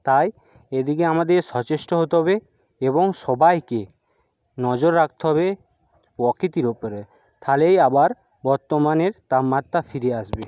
তাই এদিকে আমাদের সচেষ্ট হতে হবে এবং সবাইকে নজর রাখতে হবে প্রকৃতির ওপরে তাহলেই আবার বর্তমানের তাপমাত্রা ফিরে আসবে